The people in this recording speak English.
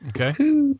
Okay